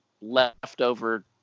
leftover